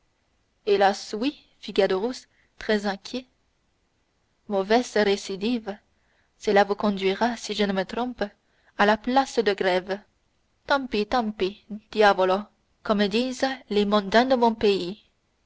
très inquiet mauvaise récidive cela vous conduira si je ne me trompe à la place de grève tant pis tant pis diavolo comme disent les mondains de mon pays